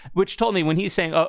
which told me when he's saying, ah